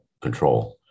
control